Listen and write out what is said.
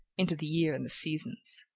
into the year and the seasons.